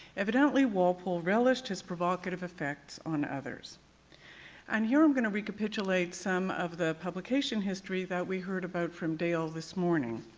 evidently walpole relished his provocative effects on others and here i'm going to recapitulate recapitulate some of the publication history that we heard about from dale this morning.